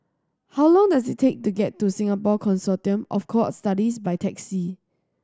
how long does it take to get to Singapore Consortium of Cohort Studies by taxi